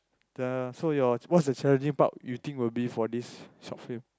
the so your what's the challenging part you think will be for this short film